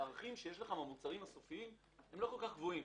הערכים שיש לך במוצרים הסופיים הם לא כל כך גבוהים.